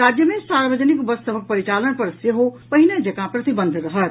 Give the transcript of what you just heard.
राज्य मे सार्वजनिक बस सभक परिचालन पर सेहो पहिने जकाँ प्रतिबंध रहत